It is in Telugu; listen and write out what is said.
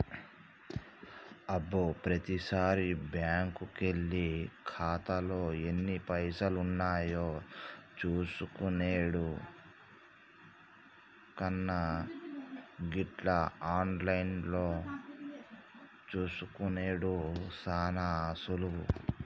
అబ్బో ప్రతిసారి బ్యాంకుకెళ్లి ఖాతాలో ఎన్ని పైసలున్నాయో చూసుకునెడు కన్నా గిట్ల ఆన్లైన్లో చూసుకునెడు సాన సులువు